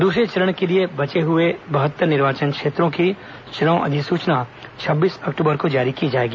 दूसरे चरण के लिए बचे हुए बहत्तर निर्वाचन क्षेत्रों की चुनाव अधिसूचना छब्बीस अक्टूबर को जारी की जाएगी